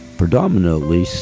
predominantly